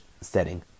setting